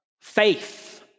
Faith